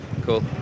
Cool